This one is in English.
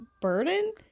Burden